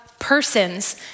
persons